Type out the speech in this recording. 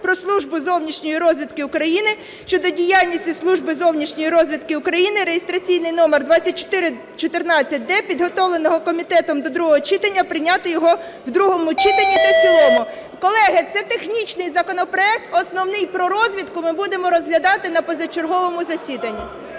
"Про Службу зовнішньої розвідки України" щодо діяльності Служби зовнішньої розвідки України (реєстраційний номер 2414-д), підготовленого комітетом до другого читання, прийняти його в другому читанні та в цілому. Колеги, це технічний законопроект, основний про розвідку ми будемо розглядати на позачерговому засіданні.